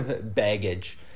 baggage